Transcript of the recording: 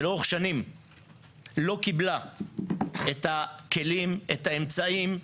שלאורך שנים לא קיבלה את הכלים, את האמצעים,